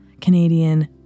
Canadian